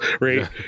right